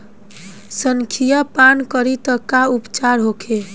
संखिया पान करी त का उपचार होखे?